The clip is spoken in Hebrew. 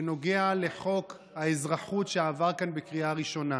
בנוגע לחוק האזרחות שעבר כאן בקריאה ראשונה.